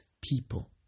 people